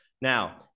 Now